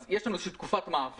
אז יש לנו איזו תקופת מעבר,